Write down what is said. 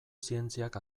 zientziak